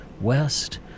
west